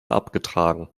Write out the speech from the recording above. abgetragen